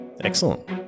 Excellent